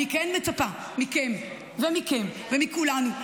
אני כן מצפה מכם ומכן ומכולנו,